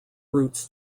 routes